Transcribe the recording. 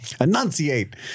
Enunciate